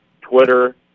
Twitter